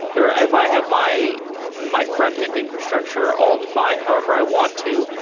or if i have my my frontend infrastructure all defined however i want to,